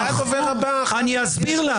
אסביר.